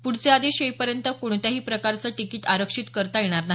पुढचे आदेश येईपर्यंत कोणत्याही प्रकारचं तिकिट आरक्षित करता येणार नाही